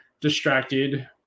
distracted